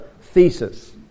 thesis